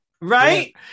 right